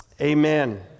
Amen